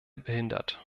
behindert